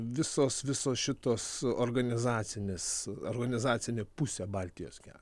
visos visos šitos organizacinis organizacinė pusė baltijos kelio